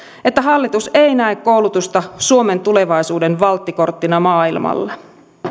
että hallitus ei näe koulutusta suomen tulevaisuuden valttikorttina maailmalla